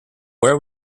where